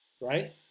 right